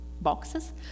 boxes